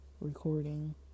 recording